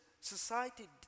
society